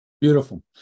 Beautiful